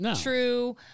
true